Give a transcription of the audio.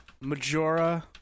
Majora